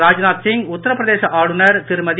ராஜ்நாத் சிங் உத்தரப்பிரதேஷ் ஆளுநர் திருமதி